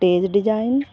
stage design